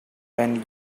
and